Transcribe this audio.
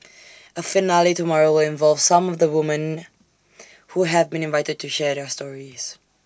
A finale tomorrow will involve some of the women who have been invited to share their stories